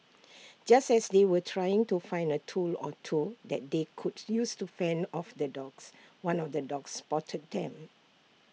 just as they were trying to find A tool or two that they could use to fend off the dogs one of the dogs spotted them